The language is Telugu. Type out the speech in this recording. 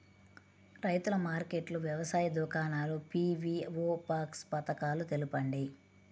రైతుల మార్కెట్లు, వ్యవసాయ దుకాణాలు, పీ.వీ.ఓ బాక్స్ పథకాలు తెలుపండి?